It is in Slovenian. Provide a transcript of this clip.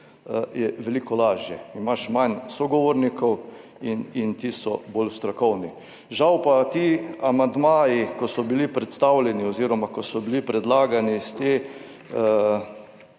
je veliko lažje, imaš manj sogovornikov in ti so bolj strokovni. Žal pa ti amandmaji, ki so bili predstavljeni oziroma ko so bili predlagani iz te